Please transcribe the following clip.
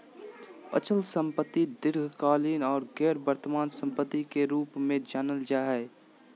अचल संपत्ति दीर्घकालिक आर गैर वर्तमान सम्पत्ति के रूप मे जानल जा हय